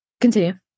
continue